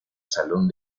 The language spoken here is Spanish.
salón